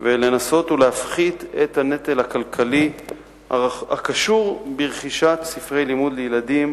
ולנסות להפחית את הנטל הכלכלי הקשור לרכישת ספרי לימוד לילדים